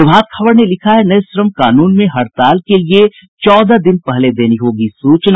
प्रभात खबर ने लिखा है नये श्रम कानून में हड़ताल के लिए चौदह दिन पहले देनी होगी सूचना